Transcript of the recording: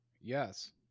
Yes